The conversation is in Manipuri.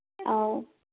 ꯑꯧ